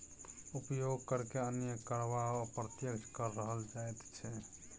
उपभोग करकेँ अन्य कर वा अप्रत्यक्ष कर कहल जाइत छै